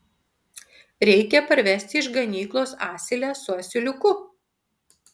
reikia parvesti iš ganyklos asilę su asiliuku